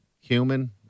human